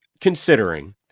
considering